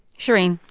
shereen.